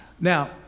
Now